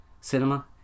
cinema